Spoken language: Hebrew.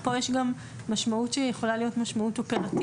פה יש גם משמעות שהיא יכולה להיות משמעות אופרטיבית,